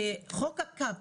חוק הקאפ,